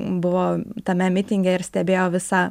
buvo tame mitinge ir stebėjo visą